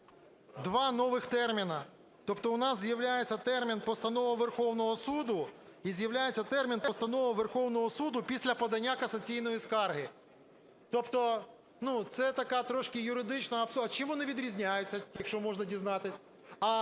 два нових терміни. Тобто у нас з'являється термін "постанова Верховного Суду" і з'являється термін "постанова Верховного Суду після подання касаційної скарги". Тобто це така трошки юридична… А чим вони відрізняються, якщо можна дізнатись?